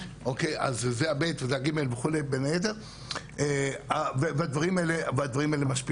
זה ה-ב' וזה ה-ג' והדברים האלה משפיעים.